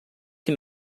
que